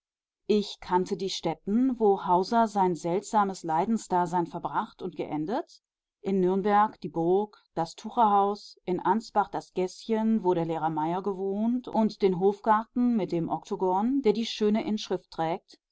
ich kannte die stätten wo hauser sein seltsames leidensdasein verbracht und geendet in nürnberg die burg das tucherhaus in ansbach das gäßchen wo der lehrer mayer gewohnt und den hofgarten mit dem oktogon der die schöne inschrift trägt